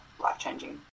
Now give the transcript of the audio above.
life-changing